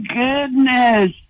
goodness